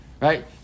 Right